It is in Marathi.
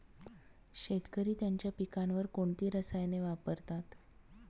शेतकरी त्यांच्या पिकांवर कोणती रसायने वापरतात?